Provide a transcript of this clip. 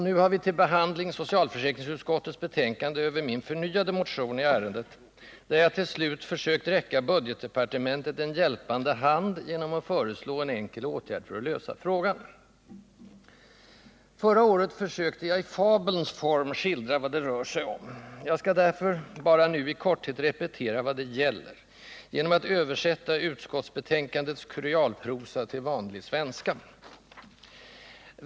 Nu har vi till behandling socialförsäkringsutskottets betänkande över min förnyade motion i ärendet, där jag till slut har försökt räcka budgetdepartementet en hjälpande hand genom att föreslå en enkel åtgärd för att lösa problemet. Förra året försökte jag i fabelns form skildra vad det rör sig om. Jag skall därför nu bara i korthet repetera vad det gäller genom att översätta utskottsbetänkandets kurialprosa till vanlig svenska.